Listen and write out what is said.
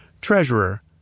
Treasurer